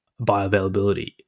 bioavailability